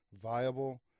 viable